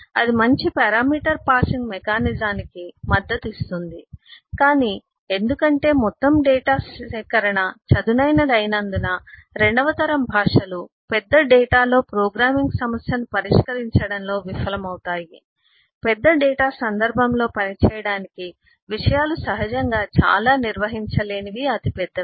అది మంచి parameter passing మెకానిజానికి మద్దతు ఇస్తుంది కానీ ఎందుకంటే మొత్తం డేటా సేకరణ చదునైనది అయినందున రెండవ తరం భాషలు పెద్ద డేటాలో ప్రోగ్రామింగ్ సమస్యను పరిష్కరించడంలో విఫలమవుతాయి పెద్ద డేటా సందర్భంలో పని చేయటానికి విషయాలు సహజంగా చాలా నిర్వహించలేనివి అతి పెద్దవి